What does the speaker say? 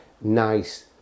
nice